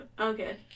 Okay